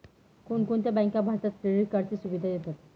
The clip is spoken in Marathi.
कोणकोणत्या बँका भारतात क्रेडिट कार्डची सुविधा देतात?